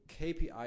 kpi